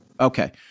Okay